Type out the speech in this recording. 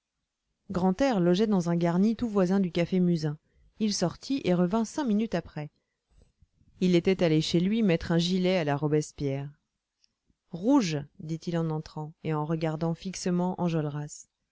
grantaire logeait dans un garni tout voisin du café musain il sortit et revint cinq minutes après il était allé chez lui mettre un gilet à la robespierre rouge dit-il en entrant et en regardant fixement enjolras